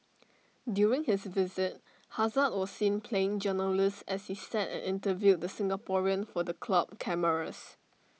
during his visit hazard was seen playing journalist as he sat and interviewed the Singaporean for the club cameras